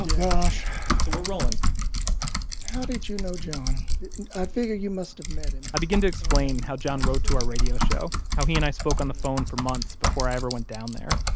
gosh so we're rolling how did you know john? i figure you must have met him i begin to explain how john wrote to our radio show, how he and i spoke on the phone for months before i ever went down there.